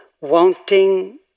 Wanting